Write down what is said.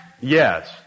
Yes